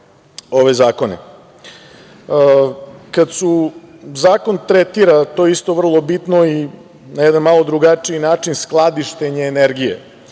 ove zakone. Kada se zakon tretira, to je isto vrlo bitno, i na jedan malo drugačiji način skladištenje energije,